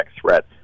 threat